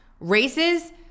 races